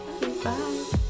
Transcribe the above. bye